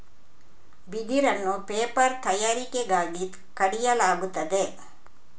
ಬಿದಿರನ್ನು ಪೇಪರ್ ತಯಾರಿಕೆಗಾಗಿ ಕಡಿಯಲಾಗುತ್ತದೆ